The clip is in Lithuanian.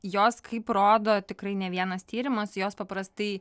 jos kaip rodo tikrai ne vienas tyrimas jos paprastai